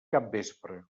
capvespre